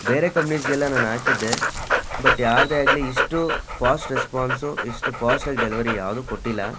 ಬೇರೆ ಕಂಪ್ನೀಸ್ಗೆಲ್ಲ ನಾನು ಹಾಕಿದ್ದೆ ಬಟ್ ಯಾರದೇ ಆಗಲಿ ಇಷ್ಟು ಫಾಸ್ಟ್ ರೆಸ್ಪಾನ್ಸು ಇಷ್ಟು ಫಾಸ್ಟಾಗಿ ಡೆಲಿವರಿ ಯಾವುದೂ ಕೊಟ್ಟಿಲ್ಲ